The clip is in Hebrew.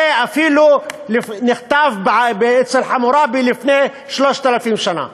זה אפילו נכתב אצל חמורבי לפני 3,000 שנה.